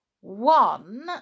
One